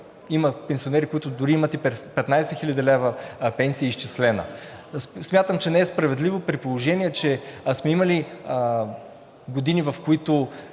има пенсионери, които дори имат 15 хил. лв. изчислена пенсия. Смятам, че не е справедливо, при положение че сме имали години, в които